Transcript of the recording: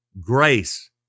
grace